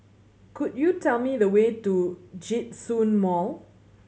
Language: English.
could you tell me the way to Djitsun Mall